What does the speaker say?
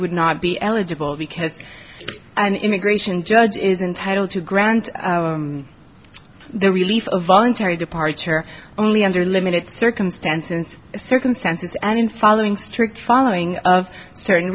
would not be eligible because an immigration judge is entitle to grant the relief of voluntary departure only under limited circumstances circumstances and in following strict following of certain